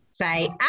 say